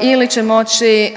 ili će moći